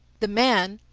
the man,